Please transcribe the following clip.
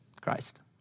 Christ